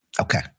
Okay